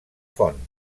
font